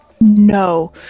No